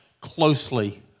closely